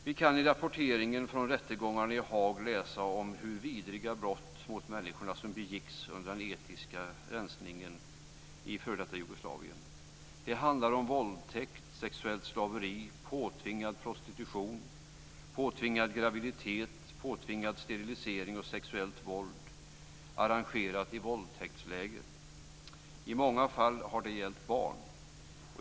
Vi kan i rapporteringen från rättegångarna i Haag läsa om de vidriga brott mot människorna som begicks under den etniska rensningen i f.d. Jugoslavien. Det handlar om våldtäkt, sexuellt slaveri, påtvingad prostitution, påtvingad graviditet, påtvingad sterilisering och sexuellt våld i arrangerade våldtäktsläger. I många fall har det gällt barn.